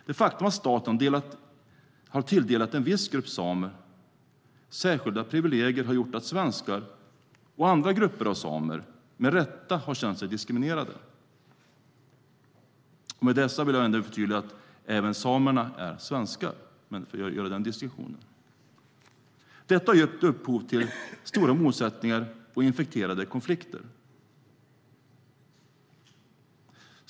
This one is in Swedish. Det faktum att staten har tilldelat en viss grupp samer särskilda privilegier har gjort att svenskar och andra grupper av samer med rätta har känt sig diskriminerade. Med detta vill jag förtydliga att även samerna är svenskar. Detta har gett upphov till stora motsättningar och infekterade konflikter.